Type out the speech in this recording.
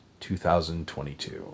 2022